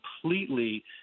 completely